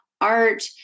art